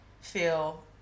feel